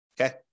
Okay